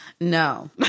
No